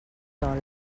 dol